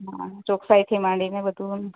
હાં ચોકસાઈથી માંડીને બધુ એમ